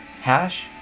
Hash